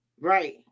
right